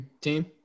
team